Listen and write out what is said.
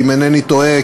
אם אינני טועה,